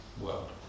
world